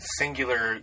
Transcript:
singular